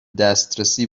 دسترسی